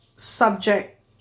subject